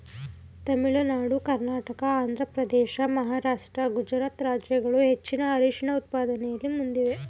ತಮಿಳುನಾಡು ಕರ್ನಾಟಕ ಆಂಧ್ರಪ್ರದೇಶ ಮಹಾರಾಷ್ಟ್ರ ಗುಜರಾತ್ ರಾಜ್ಯಗಳು ಹೆಚ್ಚಿನ ಅರಿಶಿಣ ಉತ್ಪಾದನೆಯಲ್ಲಿ ಮುಂದಿವೆ